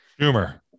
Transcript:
Schumer